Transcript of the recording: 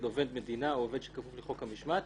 עובד מדינה או עובד שכפוף לחוק המשמעת